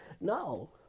no